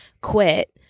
quit